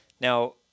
now